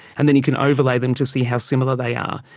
and then you can overlay them to see how similar they are.